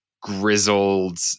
grizzled